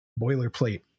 boilerplate